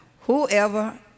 Whoever